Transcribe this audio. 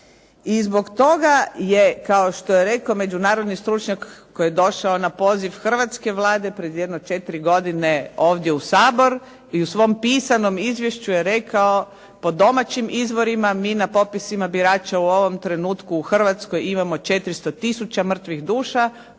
I zbog toga je kao što je rekao međunarodni stručnjak koji je došao na poziv hrvatske Vlade pred jedno 4 godine ovdje u Sabor i u svom pisanom izvješću je rekao, po domaćim izvorima mi na popisima birača mi u ovom trenutku u Hrvatskoj imamo 400 tisuća mrtvih duša.